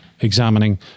examining